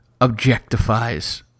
objectifies